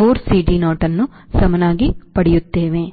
4 CD naught ಅನ್ನು ಸಮನಾಗಿ ಪಡೆಯುತ್ತೇನೆ